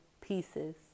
pieces